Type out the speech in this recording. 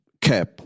cap